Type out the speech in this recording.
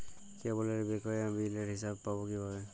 কেবলের বকেয়া বিলের হিসাব পাব কিভাবে?